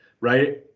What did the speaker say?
right